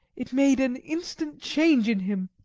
it made an instant change in him,